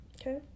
okay